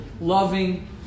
loving